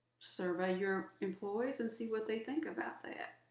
survey your employees and see what they think about that.